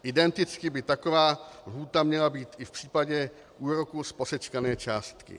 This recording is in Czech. Identicky by taková lhůta měla být i v případě úroků z posečkané částky.